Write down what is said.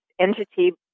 entity